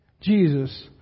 Jesus